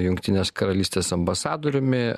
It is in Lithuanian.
jungtinės karalystės ambasadoriumi